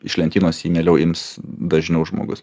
iš lentynos jie mieliau ims dažniau žmogus